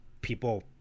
people